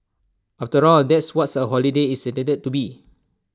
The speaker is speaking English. after all that's what's A holiday is intended to be